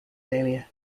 dahlia